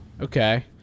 Okay